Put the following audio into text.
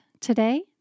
today